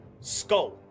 skull